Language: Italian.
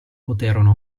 poterono